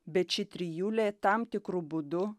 bet ši trijulė tam tikru būdu